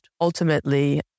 Ultimately